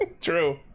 True